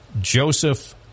Joseph